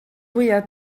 fwyaf